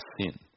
sin